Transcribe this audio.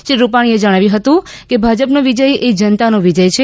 શ્રી રૂપાણીએ જણાવ્યું હતું કે ભાજપાનો વિજય એ જનતાનો વિજય છે